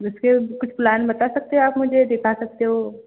फिर उसके कुछ प्लैन बता सकते हो आप मुझे दिखा सकते हो